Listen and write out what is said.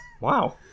Wow